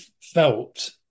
felt